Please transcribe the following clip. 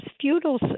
feudal